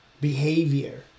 behavior